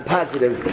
positive